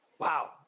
Wow